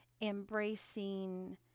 embracing